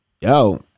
yo